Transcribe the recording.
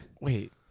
wait